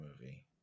movie